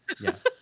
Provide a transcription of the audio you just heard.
Yes